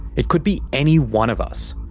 it could be any one of us.